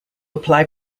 apply